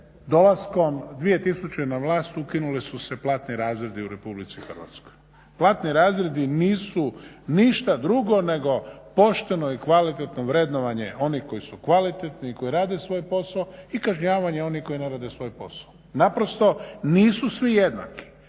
dolaskom 2000.na vlast ukinuli su se platni razredi u RH. Platni razredi nisu ništa drugo nego pošteno i kvalitetno vrednovanje onih koji su kvalitetni i koji rade svoj posao i kažnjavanje onih koji ne rade svoj posao. Naprosto nisu svi jednaki